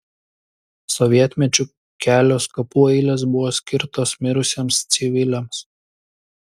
sovietmečiu kelios kapų eilės buvo skirtos mirusiems civiliams